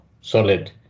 solid